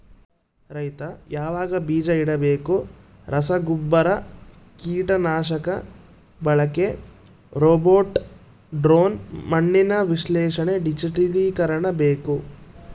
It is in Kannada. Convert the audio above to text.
ರೈತ ಯಾವಾಗ ಬೀಜ ಇಡಬೇಕು ರಸಗುಬ್ಬರ ಕೀಟನಾಶಕ ಬಳಕೆ ರೋಬೋಟ್ ಡ್ರೋನ್ ಮಣ್ಣಿನ ವಿಶ್ಲೇಷಣೆ ಡಿಜಿಟಲೀಕರಣ ಬೇಕು